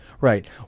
Right